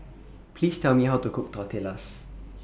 Please Tell Me How to Cook Tortillas